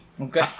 Okay